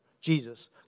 Jesus